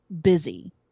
busy